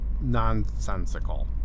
nonsensical